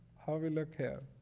how do we look here?